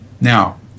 Now